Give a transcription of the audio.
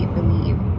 believe